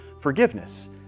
forgiveness